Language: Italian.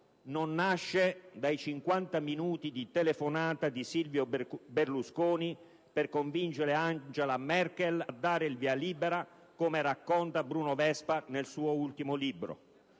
non nasce dai 50 minuti di telefonata di Silvio Berlusconi impiegati per convincere Angela Merkel a dare il via libera, come racconta Bruno Vespa nel suo ultimo libro.